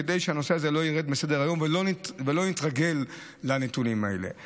כדי שהנושא הזה לא ירד מסדר-היום ולא נתרגל לנתונים האלה.